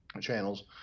channels